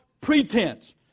pretense